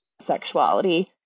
sexuality